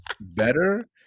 better